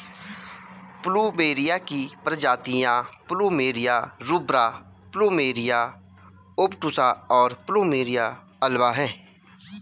plumeria की प्रजातियाँ plumeria rubra, plumeria obtusa, और प्लुमेरिया अल्बा हैं